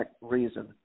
reason